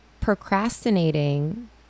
procrastinating